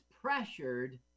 pressured